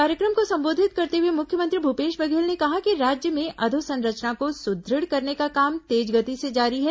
कार्यक्रम को संबोधित करते हुए मुख्यमंत्री भूपेश बघेल ने कहा कि राज्य में अधोसंरचना को सुदृढ़ करने का काम तेज गति से जारी है